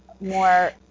more